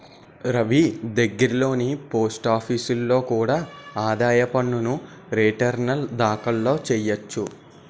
రవీ దగ్గర్లోని పోస్టాఫీసులో కూడా ఆదాయ పన్ను రేటర్న్లు దాఖలు చెయ్యొచ్చు